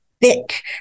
thick